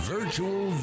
Virtual